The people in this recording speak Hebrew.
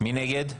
מי נגד?